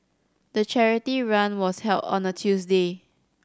the charity run was held on a Tuesday